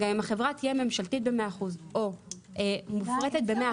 אם החברה תהיה ממשלתית במאה אחוז או מופרטת במאה